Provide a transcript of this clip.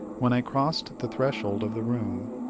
when i crossed the threshold of the room,